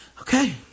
Okay